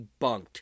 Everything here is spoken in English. debunked